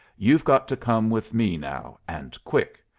you've got to come with me now, and quick.